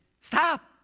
stop